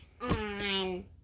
on